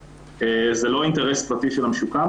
זה לא אינטרס פרטי רק של המשוקם,